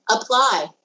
apply